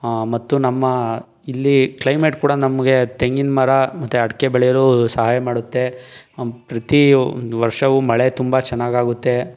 ಮತ್ತು ನಮ್ಮ ಇಲ್ಲಿ ಕ್ಲೈಮೇಟ್ ಕೂಡ ನಮಗೆ ತೆಂಗಿನಮರ ಮತ್ತೆ ಅಡಿಕೆ ಬೆಳೆಯಲು ಸಹಾಯ ಮಾಡುತ್ತೆ ಪ್ರತಿ ಒಂದು ವರ್ಷವೂ ಮಳೆ ತುಂಬ ಚೆನ್ನಾಗಾಗುತ್ತೆ